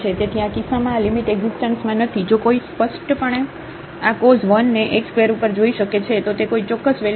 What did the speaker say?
તેથી આ કિસ્સામાં આ લિમિટ એકઝીસ્ટન્સમાં નથી જો સ્પષ્ટપણે કોઈ આ cos 1 ને x ² ઉપર જોઈ શકે છે તો તે કોઈ ચોક્કસ વેલ્યુ નથી